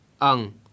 Ang